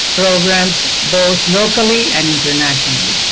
programs, both locally and internationally.